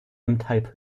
type